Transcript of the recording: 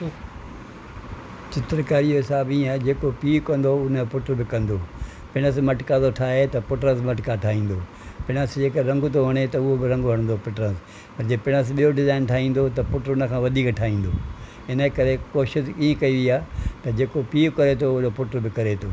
चित्रकारीअ सां बि हीअं आहे जेको पीउ कंदो हुन पुट बि कंदो पिणसु मटका थो ठाहे त पुटस मटका ठाहींदो पिणसु जेको रंग थो हणे त उहो बि रंग हणंदो पुटुस जे पिणसु ॿियो डिज़ाइन ठाहींदो त पुट हुन खां वधीक ठाहींदो हिन करे कोशिशि ई कई वयी आहे की जेको पीउ करे थो ओहिड़ो पुट बि करे थो